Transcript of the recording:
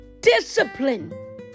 discipline